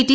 T